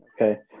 Okay